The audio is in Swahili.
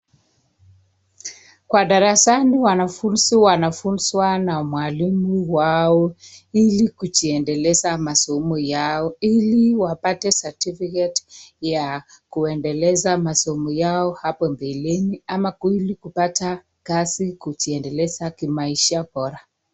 Kwa darasani wanafunzi wanafunzwa na mwalimu wao ili kujiendeleza masomo yao ili wapate certificate ya kuendeleza masomo yao hapo mbeleni ama kweli kupata kazi ili kujiendeleza na maisha bora.